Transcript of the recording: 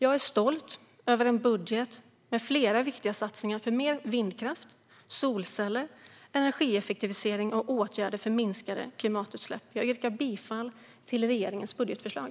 Jag är stolt över en budget med flera viktiga satsningar för mer vindkraft, solceller, energieffektivisering och åtgärder för minskade klimatutsläpp. Jag yrkar bifall till regeringens budgetförslag.